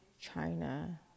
China